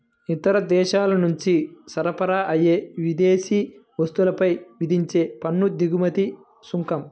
ఇతర దేశాల నుంచి సరఫరా అయ్యే విదేశీ వస్తువులపై విధించే పన్ను దిగుమతి సుంకం